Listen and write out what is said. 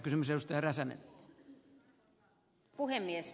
arvoisa herra puhemies